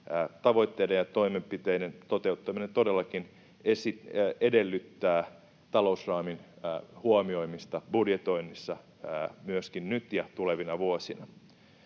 tavoitteiden ja toimenpiteiden toteuttaminen todellakin edellyttää talousraamin huomioimista budjetoinnissa myöskin nyt ja tulevina vuosina.